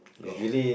got